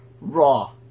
Raw